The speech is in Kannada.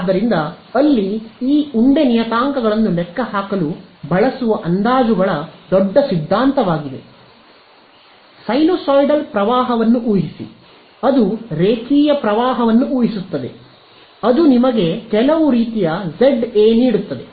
ಆದ್ದರಿಂದ ಅಲ್ಲಿ ಈ ಉಂಡೆ ನಿಯತಾಂಕಗಳನ್ನು ಲೆಕ್ಕಹಾಕಲು ಬಳಸುವ ಅಂದಾಜುಗಳ ದೊಡ್ಡ ಸಿದ್ಧಾಂತವಾಗಿದೆ ಸೈನುಸೈಡಲ್ ಪ್ರವಾಹವನ್ನು ಊಹಿಸಿ ಅದು ರೇಖೀಯ ಪ್ರವಾಹವನ್ನು ಊಹಿಸುತ್ತದೆ ಅದು ನಿಮಗೆ ಕೆಲವು ರೀತಿಯ ಜೆಡ್ a ನೀಡುತ್ತದೆ